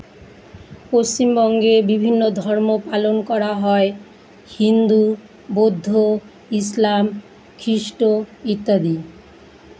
পশ্চিমবঙ্গে বিভিন্ন ধর্ম পালন করা হয় হিন্দু বৌদ্ধ ইসলাম খ্রিস্ট ইত্যাদি